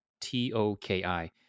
T-O-K-I